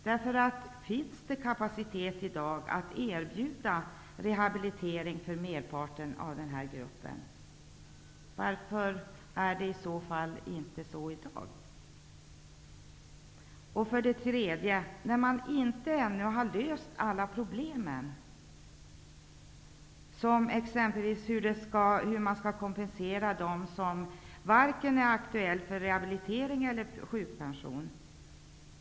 För det andra: Finns det kapacitet i dag att erbjuda rehabilitering för merparten i den här gruppen? Varför är det i så fall inte så i dag? För det tredje: Man har ännu inte löst alla problem, t.ex. hur man skall kompensera för dem som varken är aktuella för rehabilitering eller för sjukpension.